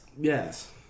Yes